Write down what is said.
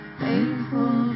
Faithful